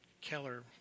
Keller